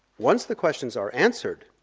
once the questions are answered,